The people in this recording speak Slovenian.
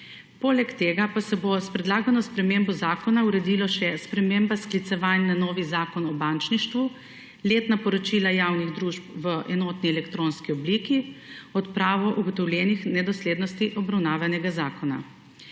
Poleg tega pa se bo s predlagano spremembo zakona uredilo še: sprememba sklicevanj na novi Zakon o bančništvu, letna poročila javnih družb v enotni elektronski obliki, odprava ugotovljenih nedoslednosti obravnavanega zakona.